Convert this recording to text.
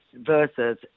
versus